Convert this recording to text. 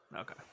Okay